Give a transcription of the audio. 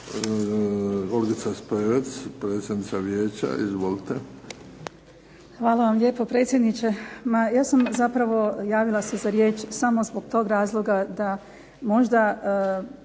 Olgica Spevec, predsjednica vijeća. Izvolite.